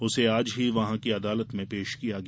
उसे आज वहां की अदालत में पेश किया गया